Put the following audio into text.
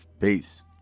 Peace